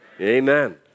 Amen